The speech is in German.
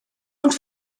und